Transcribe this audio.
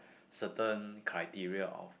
certain criteria of